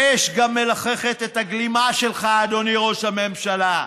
האש מלחכת את הגלימה שלך, אדוני ראש הממשלה.